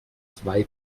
zwei